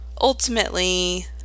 Ultimately